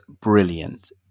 brilliant